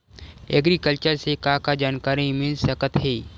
Agriculture से का का जानकारी मिल सकत हे?